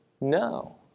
no